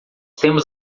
temos